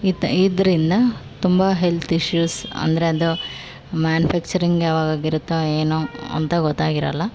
ಇತ ಇದರಿಂದ ತುಂಬ ಹೆಲ್ತ್ ಇಷ್ಯೂಸ್ ಅಂದರೆ ಅದು ಮ್ಯಾನ್ಯುಫಾಕ್ಚರಿಂಗ್ ಯಾವಾಗ ಆಗಿರುತ್ತೋ ಏನೋ ಅಂತ ಗೊತ್ತಾಗಿರೋಲ್ಲ